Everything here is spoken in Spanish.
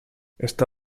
está